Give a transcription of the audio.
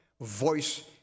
voice